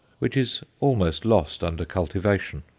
which is almost lost under cultivation.